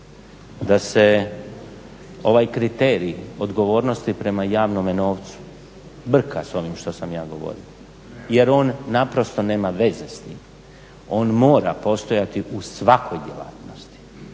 da se ovaj kriterij odgovornosti prema javnom novcu brka s onim što sam ja govorio jer on naprosto nema veze s tim, on mora postojati u svakoj djelatnosti